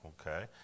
okay